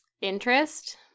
interest